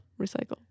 recycle